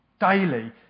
Daily